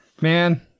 Man